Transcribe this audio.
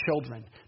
children